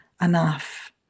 enough